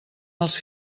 els